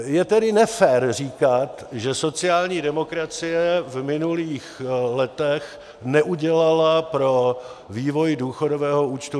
Je tedy nefér říkat, že sociální demokracie v minulých letech neudělala pro vývoj důchodového účtu nic.